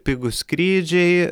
pigūs skrydžiai